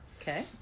Okay